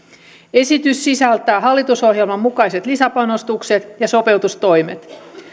esitys sisältää hallitusohjelman mukaiset lisäpanostukset ja sopeutustoimet